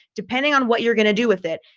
depending on what you're going to do with it,